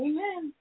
Amen